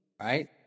right